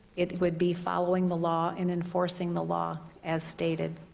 it would be following the law and enforcing the law as stated.